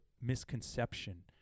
misconception